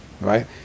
right